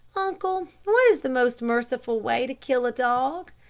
uncle, what is the most merciful way to kill a dog?